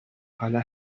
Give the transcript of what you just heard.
حالا